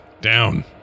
down